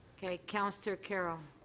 councillor carroll